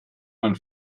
man